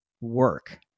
work